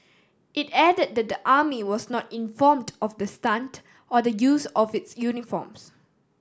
it added that the army was not informed of the stunt or the use of its uniforms